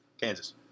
Kansas